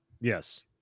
Yes